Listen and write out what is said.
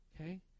okay